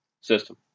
system